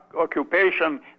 occupation